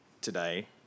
today